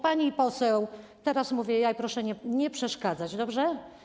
Pani poseł, teraz mówię ja i proszę nie przeszkadzać, dobrze?